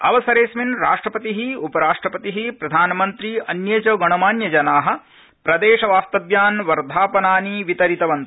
अवसरेऽस्मिन् राष्ट्रपति उपराष्ट्रपति प्रधानमन्त्री अन्ये च गणमान्यजना प्रदेश वास्तव्यान् वर्धपनानि वितरितवन्त